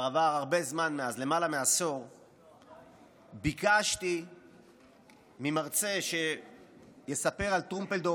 כבר עבר הרבה זמן מאז ביקשתי ממרצה שיספר על טרומפלדור,